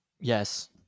Yes